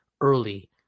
early